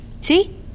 See